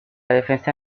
defensa